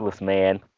man